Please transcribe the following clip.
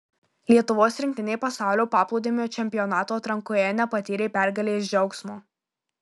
lietuvos rinktinė pasaulio paplūdimio čempionato atrankoje nepatyrė pergalės džiaugsmo